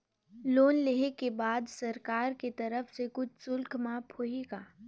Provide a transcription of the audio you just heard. Loan लेहे के बाद सरकार कर तरफ से कुछ शुल्क माफ होही का?